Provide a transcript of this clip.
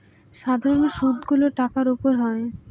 সাধারন সুদ গুলো টাকার উপর হয়